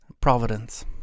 Providence